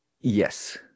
yes